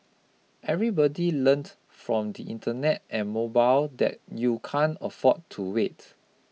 everybody learned from the Internet and mobile that you can't afford to wait